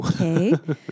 Okay